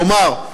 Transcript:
כלומר,